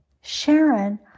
Sharon